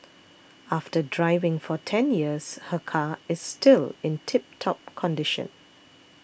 after driving for ten years her car is still in tip top condition